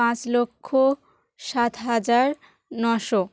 পাঁচ লক্ষ সাত হাজার নশো